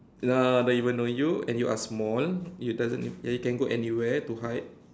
ah don't even know you and you are small it doesn't ya you can go anywhere to hide